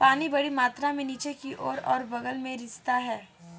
पानी बड़ी मात्रा में नीचे की ओर और बग़ल में रिसता है